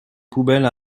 poubelles